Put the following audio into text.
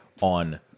on